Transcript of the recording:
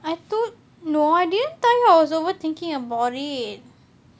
I told no I didn't tell you I was overthinking about it